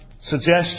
suggestion